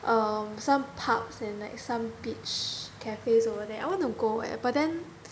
um some pubs and like some beach cafes over there I wanna go eh but then